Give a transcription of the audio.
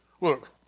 Look